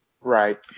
Right